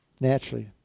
Naturally